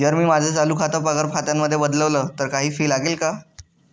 जर मी माझं चालू खातं पगार खात्यामध्ये बदलवल, तर काही फी लागेल का?